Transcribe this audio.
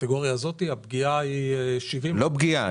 בקטגוריה הזאת הפגיעה היא --- לא פגיעה.